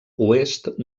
oest